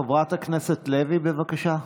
חברת הכנסת לוי, בבקשה.